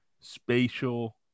Spatial